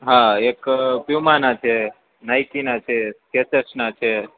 હા એક પ્યુમાના છે નાઇકીના છે સ્કેચર્સના છે